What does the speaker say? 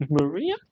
Maria